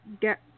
get